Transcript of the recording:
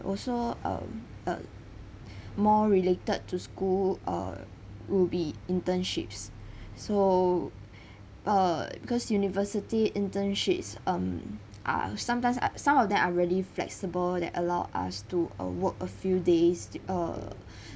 also um uh more related to school uh would be internships so uh because university internships um are sometimes uh some of them are really flexible that allow us to uh work a few days uh